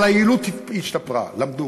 אבל היעילות השתפרה, למדו.